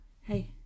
Hey